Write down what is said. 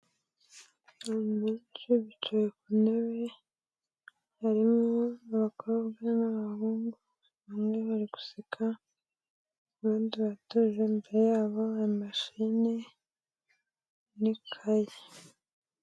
Abantu benshi bicaye ku ntebe harimo abakobwa n'abahungu, bamwe bari guseka abandi bato imbere yabo hari imashine n'ikayi.